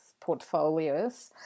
portfolios